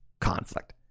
conflict